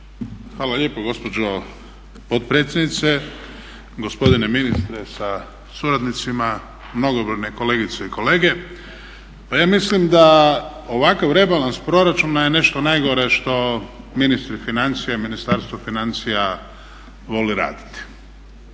Hvala lijepo gospođo potpredsjednice, gospodine ministre sa suradnicima, mnogobrojne kolegice i kolege. Pa ja mislim da ovakav rebalans proračuna je nešto najgore što ministri financija i Ministarstvo financija voli raditi.